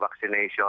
vaccination